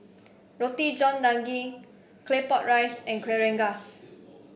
Roti John Daging Claypot Rice and Kueh Rengas